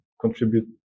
contribute